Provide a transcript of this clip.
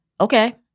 okay